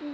mm